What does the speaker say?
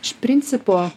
iš principo